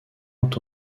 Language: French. ont